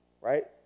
Right